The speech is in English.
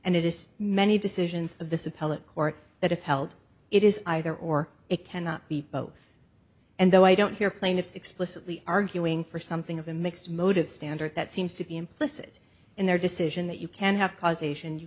and it is many decisions of this appellate court that have held it is either or it cannot be both and though i don't hear plaintiffs explicitly arguing for something of a mixed motive standard that seems to be implicit in their decision that you can have causation you